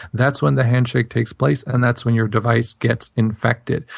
that's when the handshake takes place, and that's when your device gets infected.